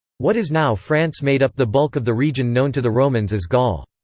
what is now france made up the bulk of the region known to the romans as gaul.